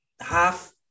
half